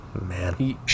man